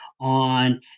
on